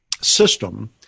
system